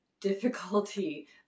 difficulty